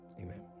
Amen